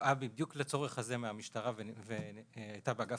שהובאה בדיוק לצורך זה מהמשטרה והייתה באגף